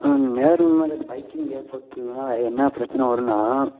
நேர்மறை பைக்கிங் ஏற்படுத்துறதுனால அது என்னா பிரச்சனை வருன்னா